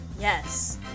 Yes